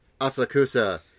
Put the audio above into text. Asakusa